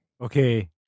Okay